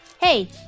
Hey